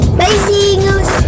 beijinhos